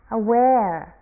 aware